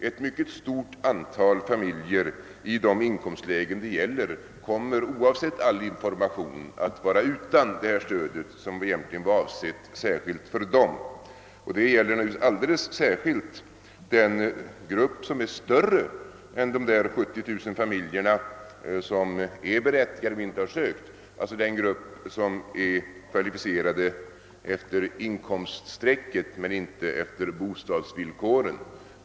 Ett stort antal familjer i de inkomstlägen det närmast gäller kommer, oavsett all lämnad information, att vara utan detta stöd, som egentligen var avsett särskilt för dem. Detta gäller alldeles speciellt den grupp som är större än de 70 000 familjer som är berättigade till bidraget men som inte har ansökt om det, alltså den grupp som är kvalificerad efter inkomststrecket, inte efter bostadsvillkoren.